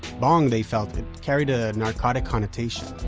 bong, they felt, carried a na rcotic connotation.